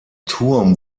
turm